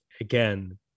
again